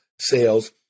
sales